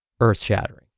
earth-shattering